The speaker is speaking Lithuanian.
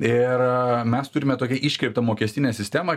ir mes turime tokią iškreiptą mokestinę sistemą